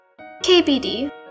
KBD